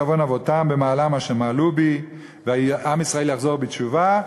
עון אבתם במעלם אשר מעלו בי" ועם ישראל יחזור בתשובה,